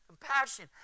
compassion